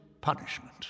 punishment